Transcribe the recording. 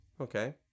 Okay